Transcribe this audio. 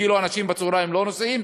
כאילו אנשים בצהריים לא נוסעים.